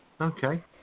Okay